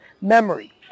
memory